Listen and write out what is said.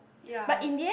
yeah